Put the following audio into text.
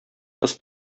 кыз